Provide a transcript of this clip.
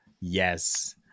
Yes